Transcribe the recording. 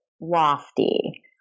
lofty